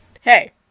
Hey